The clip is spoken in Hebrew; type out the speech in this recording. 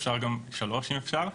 שלוש, אם אפשר.